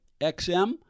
XM